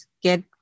get